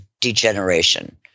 degeneration